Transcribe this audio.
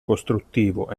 costruttivo